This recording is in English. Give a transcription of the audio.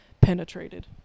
penetrated